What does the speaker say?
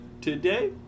today